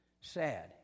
Sad